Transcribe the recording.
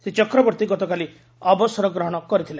ଶ୍ରୀ ଚକ୍ରବର୍ତ୍ତୀ ଗତକାଲି ଅବସର ଗ୍ରହଣ କରିଥିଲେ